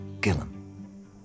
Gillen